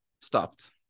stopped